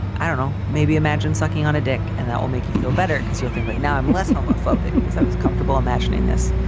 i don't know. maybe imagine sucking on a dick and that will make you feel better because you think right now i'm less homophobic because i was comfortable imagining this.